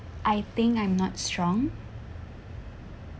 I think I'm not strong